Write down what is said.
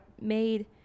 made